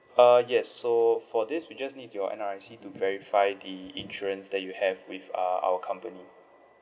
uh yes so for this we just need your N_R_I_C to verify the insurance that you have with uh our company